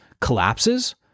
collapses